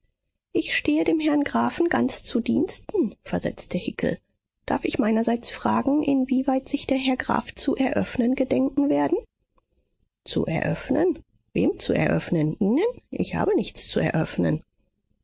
ich stehe dem herrn grafen ganz zu diensten versetzte hickel darf ich meinerseits fragen inwieweit sich der herr graf zu eröffnen gedenken werden zu eröffnen wem zu eröffnen ihnen ich habe nichts zu eröffnen